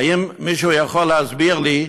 האם מישהו יכול להסביר לי,